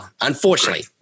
Unfortunately